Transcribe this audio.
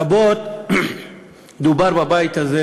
רבות דובר בבית הזה